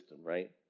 right